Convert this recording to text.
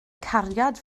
cariad